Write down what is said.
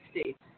States